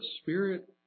Spirit